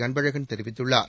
அன்பழகன் தெரிவித்துள்ளார்